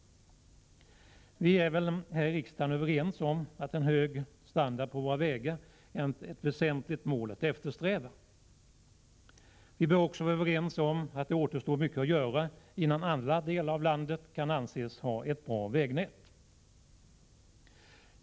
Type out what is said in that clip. Vi är här i riksdagen överens om att en hög standard på våra vägar är ett väsentligt mål att eftersträva. Vi bör också vara överens om att det återstår mycket att göra innan alla delar av landet kan anses ha ett bra vägnät.